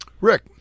Rick